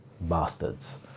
bastards